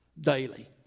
daily